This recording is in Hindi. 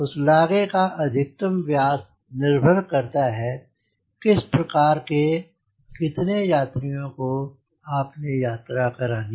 फुसुलागे का अधिकतम व्यास निर्भर करता है किस प्रकार के कितने यात्रियों को आपने यात्रा करानी